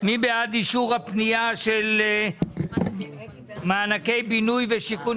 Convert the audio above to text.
מי בעד אישור הפנייה של מענקי בינוי ושיכון,